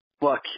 Look